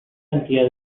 cantidad